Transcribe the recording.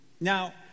Now